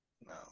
No